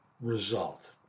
result